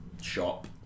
shop